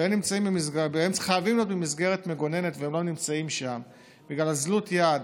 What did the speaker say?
והם חייבים להיות במסגרת מגוננת ולא נמצאים שם בגלל אוזלת יד,